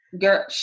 Girl